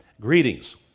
greetings